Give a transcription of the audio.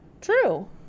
true